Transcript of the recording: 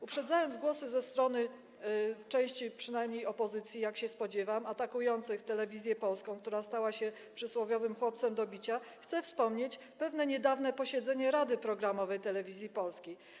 Uprzedzając głosy ze strony przynajmniej części opozycji, jak się spodziewam, ze strony atakujących Telewizję Polską, która stała się przysłowiowym chłopcem do bicia, chcę wspomnieć pewne niedawne posiedzenie Rady Programowej Telewizji Polskiej.